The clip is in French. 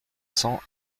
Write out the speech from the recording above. cents